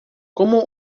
como